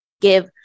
give